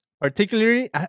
Particularly